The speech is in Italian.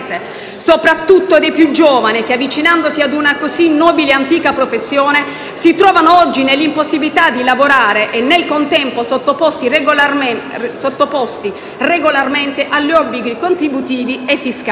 soprattutto dei più giovani, che, avvicinatisi a una così nobile e antica professione, si trovano oggi nell'impossibilità di lavorare e, nel contempo, sottoposti regolarmente agli obblighi contributivi e fiscali.